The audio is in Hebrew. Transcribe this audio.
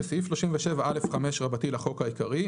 בסעיף 37א5 לחוק העיקרי,